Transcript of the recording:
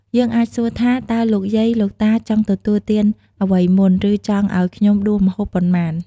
យើងអាចសួរថាតើលោកយាយ លោកតាចង់ទទួលទានអ្វីមុនឬចង់ឱ្យខ្ញំុដួសម្ហូបប៉ុន្មាន?